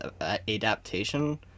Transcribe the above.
adaptation